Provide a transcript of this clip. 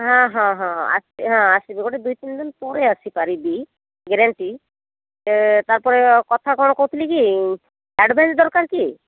ହଁ ହଁ ହଁ ଆସି ହଁ ଆସିବେ ହଁ ଗୋଟେ ଦୁଇ ତିନି ଦିନ ପରେ ଆସିପାରିବି ଗ୍ୟାରେଣ୍ଟି ତା'ପରେ କଥା କ'ଣ କହୁଥିଲି ଆଡ଼ଭାନ୍ସ୍ ଦରକାର କି